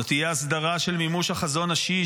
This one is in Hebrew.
זו תהיה הסדרה של מימוש החזון השיעי